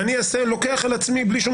ואני לוקח על עצמי בלי שום